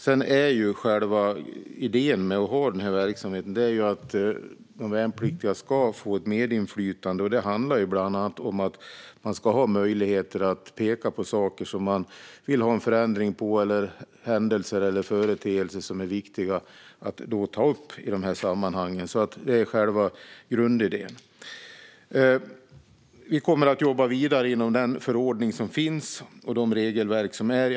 Sedan är själva idén med att ha den här verksamheten att de värnpliktiga ska få ett medinflytande, vilket bland annat handlar om att ha möjlighet att peka på saker där man vill ha en förändring eller händelser eller företeelser som är viktiga att ta upp i de här sammanhangen. Det är alltså själva grundidén. Vi kommer att jobba vidare inom den förordning och de regelverk som finns.